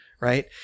right